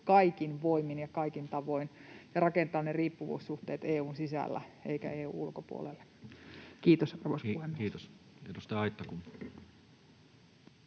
kaikin voimin ja kaikin tavoin ja rakentaa ne riippuvuussuhteet EU:n sisälle eikä EU:n ulkopuolelle. — Kiitos,